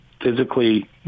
physically